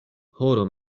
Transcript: horo